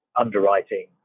underwriting